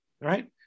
Right